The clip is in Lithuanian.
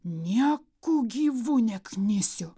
nieku gyvu neknisiu